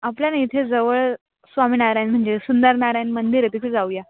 आपल्या ना इथे जवळ स्वामी नारायण म्हणजे सुंदर नारायण मंदिर आहे तिथे जाऊया